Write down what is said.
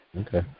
okay